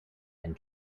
and